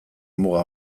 muga